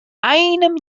einem